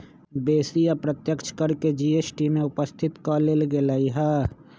बेशी अप्रत्यक्ष कर के जी.एस.टी में उपस्थित क लेल गेलइ ह्